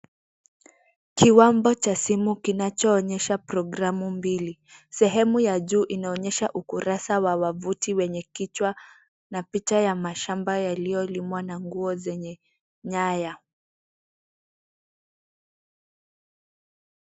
Kiwambo cha simu kinachonyesha (cs)programu(cs) mbili. Sehemu ya juu inaonesha ukurasa wa wavuti, wenye kichwa na picha ya mashamba yaliyolimwa na nguo zenye nyaya.